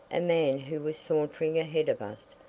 a man who was sauntering ahead of us,